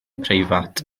preifat